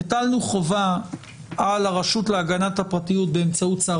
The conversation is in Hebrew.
היטלנו חובה על הרשות להגנת הפרטיות באמצעות שר